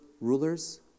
rulers